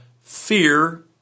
fear